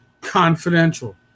confidential